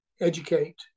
educate